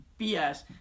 BS